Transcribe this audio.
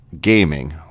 gaming